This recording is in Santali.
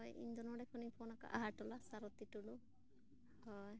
ᱦᱳᱭ ᱤᱧ ᱫᱚ ᱱᱚᱰᱮ ᱠᱷᱚᱱᱤᱧ ᱯᱷᱳᱱ ᱟᱠᱟᱜᱼᱟ ᱟᱦᱟᱨᱴᱚᱞᱟ ᱥᱟᱨᱚᱛᱤ ᱴᱩᱰᱩ ᱦᱳᱭ